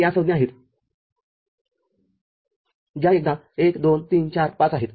तरया संज्ञा आहेतज्या एकदा १२३४५ आहेत